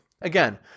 again